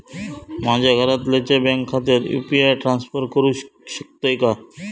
माझ्या घरातल्याच्या बँक खात्यात यू.पी.आय ट्रान्स्फर करुक शकतय काय?